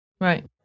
right